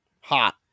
hot